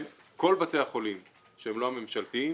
שהם לא ממשלתיים